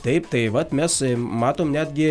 taip tai vat mes matom netgi